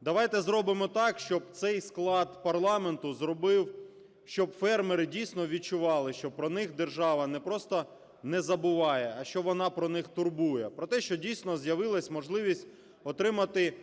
Давайте зробимо так, щоб цей склад парламенту зробив, щоб фермери дійсно відчували, що про них держава не просто не забуває, а що вона про них турбується про те, щоб дійсно з'явилась можливість отримати гарні